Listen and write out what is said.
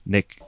Nick